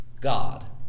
God